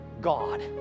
God